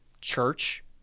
church